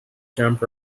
jump